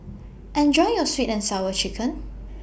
Enjoy your Sweet and Sour Chicken